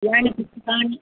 यानि पुस्तकानि